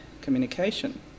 communication